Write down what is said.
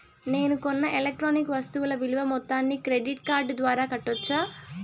నేను కొన్న ఎలక్ట్రానిక్ వస్తువుల విలువ మొత్తాన్ని క్రెడిట్ కార్డు ద్వారా కట్టొచ్చా?